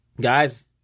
Guys